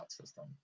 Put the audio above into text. system